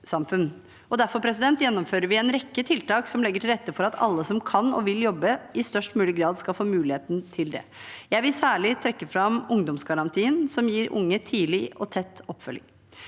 derfor gjennomfører vi en rekke tiltak som legger til rette for at alle som kan og vil jobbe, i størst mulig grad skal få muligheten til det. Jeg vil særlig trekke fram ungdomsgarantien, som gir unge tidlig og tett oppfølging.